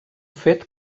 fet